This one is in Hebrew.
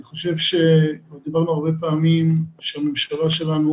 אני חושב שכבר דיברנו הרבה פעמים על כך שהממשלה שלנו